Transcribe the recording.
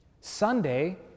Sunday